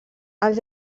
els